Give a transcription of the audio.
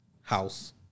House